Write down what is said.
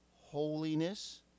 holiness